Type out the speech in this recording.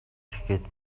хэлээд